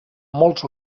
molts